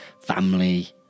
family